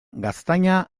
gaztaina